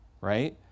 right